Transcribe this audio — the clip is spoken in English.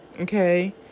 Okay